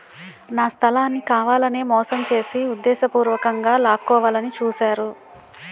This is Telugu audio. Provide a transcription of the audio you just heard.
నా స్థలాన్ని కావాలనే మోసం చేసి ఉద్దేశపూర్వకంగా లాక్కోవాలని చూశారు